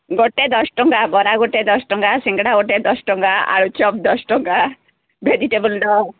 ଗୋଟେ ଦଶଟଙ୍କା ବରା ଗୋଟେ ଦଶଟଙ୍କା ସିଙ୍ଗଡ଼ା ଗୋଟେ ଦଶଟଙ୍କା ଆଳୁଚପ୍ ଦଶଟଙ୍କା ଭେଜିଟେବୁଲ୍ ଚପ୍